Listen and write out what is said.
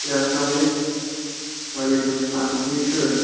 ہے اسلامُ علیکُم وعلیکُم سَلام ٹھیٖک چھِو حظ